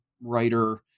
writer